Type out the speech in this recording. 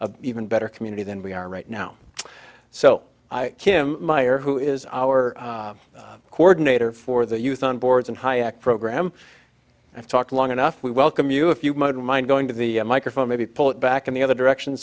a even better community than we are right now so i kim meyer who is our coordinator for the youth on boards and high at program i've talked long enough we welcome you if you model mind going to the microphone maybe pull it back in the other direction